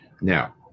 Now